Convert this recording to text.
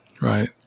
Right